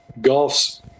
golf's